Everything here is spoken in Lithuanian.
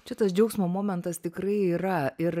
šitas džiaugsmo momentas tikrai yra ir